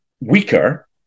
weaker